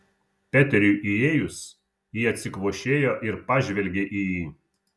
peteriui įėjus ji atsikvošėjo ir pažvelgė į jį